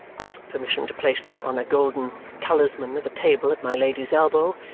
asks permission to place them on a golden talisman of a table at my lady's elbow,